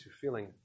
feeling